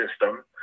system